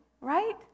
right